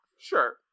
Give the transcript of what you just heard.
Sure